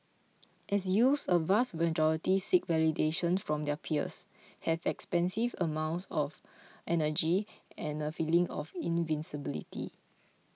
as youths a vast majority seek validation from their peers have expansive amounts of energy and a feeling of invincibility